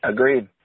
Agreed